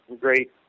great